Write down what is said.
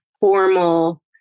formal